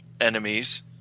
enemies